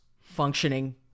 functioning